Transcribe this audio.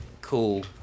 cool